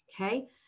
Okay